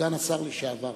סגן השר לשעבר,